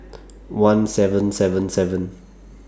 one seven seven seven